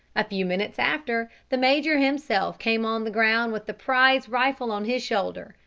a few minutes after, the major himself came on the ground with the prize rifle on his shoulder,